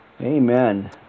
Amen